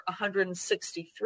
$163